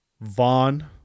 vaughn